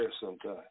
sometime